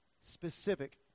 specific